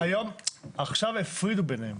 עכשיו הפרידו ביניהם.